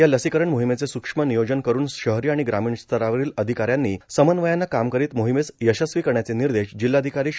या लसीकरण मोहिमेचे सुक्ष्म नियोजन करुन शहरी आणि ग्रामीण स्तरावरील अधिकाऱ्यांनी समन्वयानं काम करीत मोहिमेस यशस्वी करण्याचे निर्देश जिल्हाधिकारी श्री